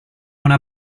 una